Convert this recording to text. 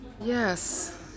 yes